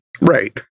Right